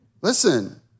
Listen